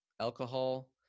alcohol